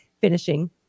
finishing